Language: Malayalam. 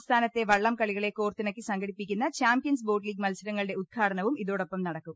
സംസ്ഥാനത്തെ വള്ളംകളികളെ കോർത്തിണക്കി സംഘടിപ്പിക്കുന്ന ചാമ്പ്യൻസ് ബോട്ട് ലീഗ് മത്സരങ്ങളുടെ ഉദ്ഘാടനവും ഇതോടൊപ്പം നടക്കും